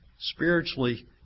Spiritually